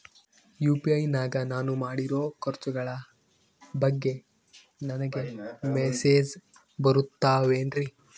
UPI ನಾಗ ನಾನು ಮಾಡಿರೋ ಖರ್ಚುಗಳ ಬಗ್ಗೆ ನನಗೆ ಮೆಸೇಜ್ ಬರುತ್ತಾವೇನ್ರಿ?